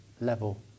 level